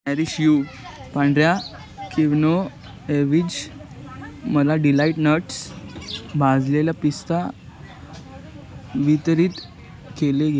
Nourish You पांढऱ्या quinoa एवीज् मला डिलाईट नट्स भाजलेला पिस्ता वितरित केले गे